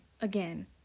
again